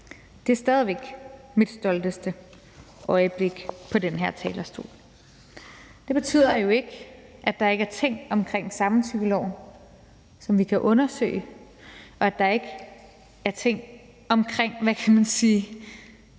Det er stadig væk mit stolteste øjeblik på den her talerstol. Det betyder jo ikke, at der ikke er ting omkring samtykkeloven, som vi kan undersøge, og at der ikke er ting omkring – hvad kan man sige